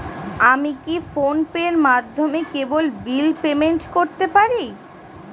আমি কি ফোন পের মাধ্যমে কেবল বিল পেমেন্ট করতে পারি?